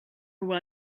who